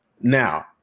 now